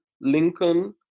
Lincoln